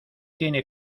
tiene